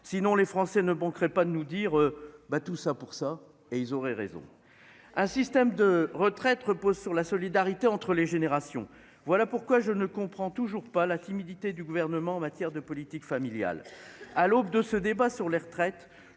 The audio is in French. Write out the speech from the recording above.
sinon les Français ne manquerait pas de nous dire ben tout ça pour ça et ils auraient raison, un système de retraite repose sur la solidarité entre les générations. Voilà pourquoi je ne comprends toujours pas la timidité du gouvernement en matière de politique familiale à l'aube de ce débat sur les retraites,